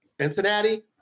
Cincinnati